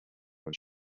than